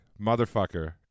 motherfucker